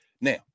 Now